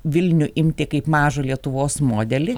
vilnių imti kaip mažą lietuvos modelį